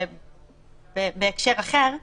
כמו שאמרנו בישיבה הקודמת,